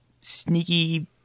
sneaky